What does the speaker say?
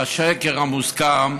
השקר המוסכם,